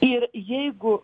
ir jeigu